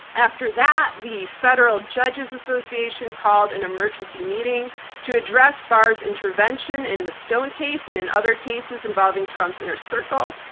after that, the federal judges association called an emergency meeting to address barr's intervention in the stone case and in other cases involving trump's inner circle.